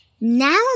Now